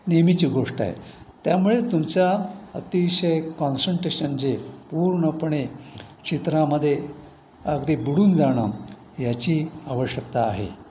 नेहमीची गोष्ट आहे त्यामुळे तुमचा अतिशय कॉन्सन्ट्रेशन जे पूर्णपणे चित्रामध्ये अगदी बुडून जाणं याची आवश्यकता आहे